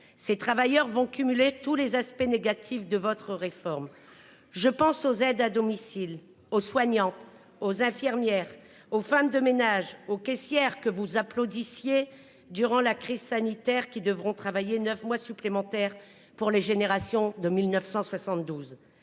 ces travailleurs vont cumuler tous les aspects négatifs de votre réforme. Je pense aux aides à domicile aux soignantes aux infirmières aux femmes de ménage aux caissières que vous applaudit. Durant la crise sanitaire qui devront travailler neuf mois supplémentaires pour les générations de 1972